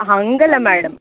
ಹಂಗೆ ಅಲ್ಲ ಮ್ಯಾಡಮ್